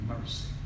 mercy